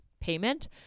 payment